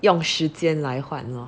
用时间来换 lor